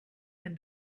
and